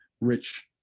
rich